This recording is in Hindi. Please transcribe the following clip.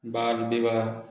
बाल विवाह